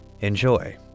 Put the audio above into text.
Enjoy